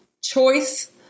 choice